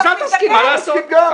יש לזה גם עלויות, למטוס מזדקן.